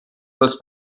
dels